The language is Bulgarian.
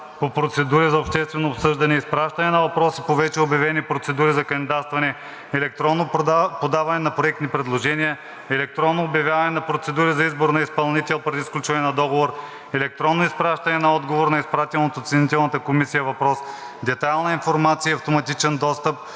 по процедури за обществено обсъждане, изпращане на въпроси по вече обявени процедури за кандидатстване, електронно подаване на проектни предложения, електронно обявяване на процедури за избор на изпълнител при сключване на договор, електронно изпращане на отговор на изпратен от оценителната комисия въпрос, детайлна информация и автоматичен достъп